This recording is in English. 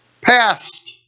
past